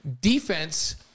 Defense